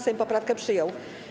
Sejm poprawkę przyjął.